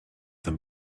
them